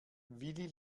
willi